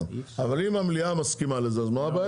אבל אם המליאה מסכימה לזה אז מה הבעיה שלך?